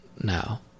now